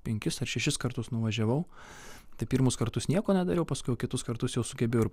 penkis ar šešis kartus nuvažiavau tai pirmus kartus nieko nedariau paskui jau kitus kartus jau sugebėjau ir